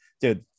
Dude